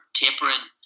tapering